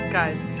guys